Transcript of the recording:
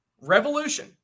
revolution